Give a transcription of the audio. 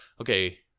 okay